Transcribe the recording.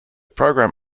program